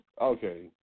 Okay